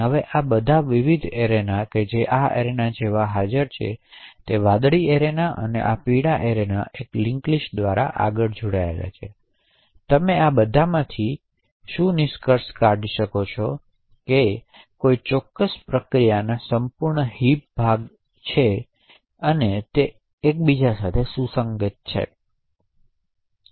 હવે આ બધા વિવિધ એરેના જે આ અરેના જેવા હાજર છે તે આ વાદળી એરેના અને આ પીળો એરેના એક લિંક લિસ્ટ દ્વારા આગળ જોડાયેલા છે તેથી તમે આ બધામાંથી શું નિષ્કર્ષ કાઢી શકો છો કે કોઈ ચોક્કસ પ્રક્રિયાના સંપૂર્ણ હિપ ભાગ તે નથી એક સુસંગત ભાગ